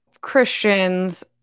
Christians